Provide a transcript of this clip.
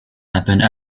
happened